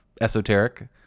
esoteric